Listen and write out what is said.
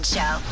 Show